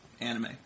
anime